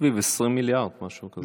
סביב 20 מיליארד, משהו כזה.